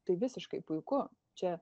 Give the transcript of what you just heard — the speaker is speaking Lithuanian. tai visiškai puiku čia